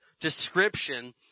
description